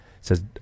says